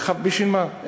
בשביל מה?